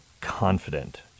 confident